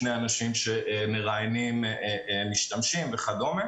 שני אנשים שמראיינים משתמשים וכדומה.